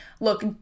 look